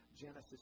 Genesis